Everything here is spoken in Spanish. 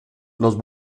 los